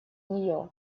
нее